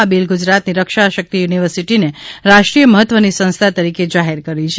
આ બિલ ગુજરાતની રક્ષાશક્તિ યુનિવર્સિટીને રાષ્ટ્રીય મહત્વની સંસ્થા તરીકે જાહેર કરે છે